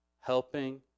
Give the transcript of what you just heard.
helping